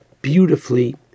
beautifully